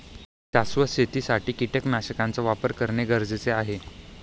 शाश्वत शेतीसाठी कीटकनाशकांचा वापर करणे गरजेचे आहे